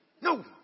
No